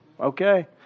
Okay